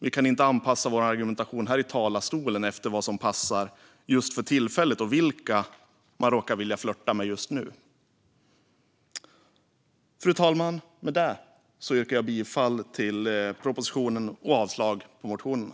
Vi kan inte anpassa vår argumentation här i talarstolen efter vad som passar just för tillfället och vilka man råkar vilja flörta med just nu. Fru talman! Med detta yrkar jag bifall till propositionen och avslag på motionerna.